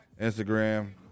Instagram